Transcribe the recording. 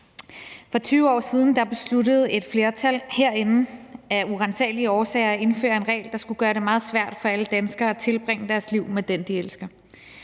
For 20 år siden besluttede et flertal herinde af uransagelige årsager at indføre en regel, der skulle gøre det meget svært for alle danskere at tilbringe deres liv med den, de elsker.